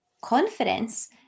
confidence